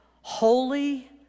holy